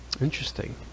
Interesting